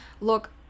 Look